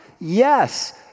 Yes